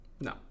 no